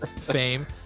fame